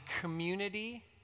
community